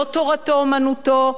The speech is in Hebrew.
לא תורתו-אומנותו,